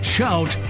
Shout